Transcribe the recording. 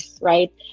right